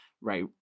right